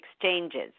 exchanges